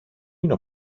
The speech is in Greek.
είναι